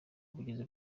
ubugizi